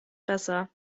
besser